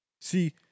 See